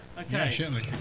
okay